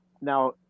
Now